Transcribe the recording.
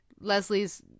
Leslie's